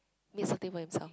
by himself